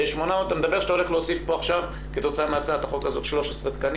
אתה אומר שאתה הולך להוסיף פה עכשיו כתוצאה מהצעת החוק הזאת 13 תקנים?